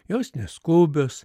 jos neskubios